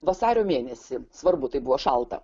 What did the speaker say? vasario mėnesį svarbu tai buvo šalta